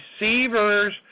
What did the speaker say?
receivers